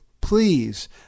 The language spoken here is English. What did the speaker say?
Please